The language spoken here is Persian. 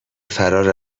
فرار